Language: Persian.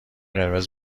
قرمز